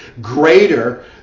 greater